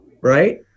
right